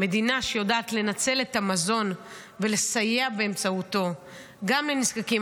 מדינה שיודעת לנצל את המזון ולסייע באמצעותו גם לנזקקים,